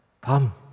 Come